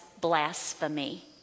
blasphemy